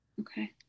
Okay